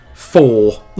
four